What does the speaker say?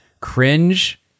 cringe